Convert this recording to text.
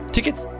Tickets